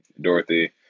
Dorothy